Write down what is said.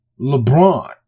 LeBron